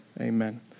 amen